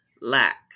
lack